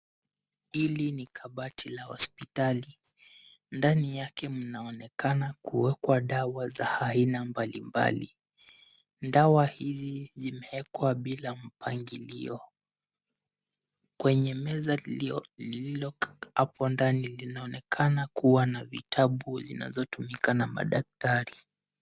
Hili ni kabati la hospitali. Ndani yake mnaonekana kuwekwa dawa za aina mbalimbali. Dawa hizi zimewekwa bila mpangilio. Kwenye meza lililokaa hapo ndani mnaonekana kuwa na vitabu zinazotumika na madaktari.